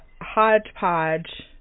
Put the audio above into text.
hodgepodge